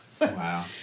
Wow